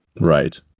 Right